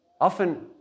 Often